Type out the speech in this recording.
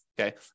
okay